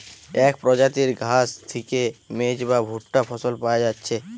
এক প্রজাতির ঘাস থিকে মেজ বা ভুট্টা ফসল পায়া যাচ্ছে